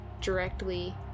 directly